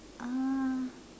uh